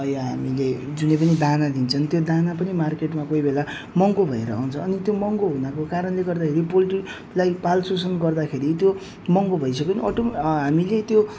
यो हामीले जुनै पनि दाना दिन्छ त्यो दाना पनि मार्केटमा कोही बेला महँगो भएर आउँछ अनि त्यो महँगो हुनको कारणले गर्दाखेरि पोल्ट्रीलाई पालन पोषण गर्दाखेरि त्यो महँगो भइसक्यो अटो हामीले त्यो